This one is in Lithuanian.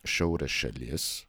šiaurės šalis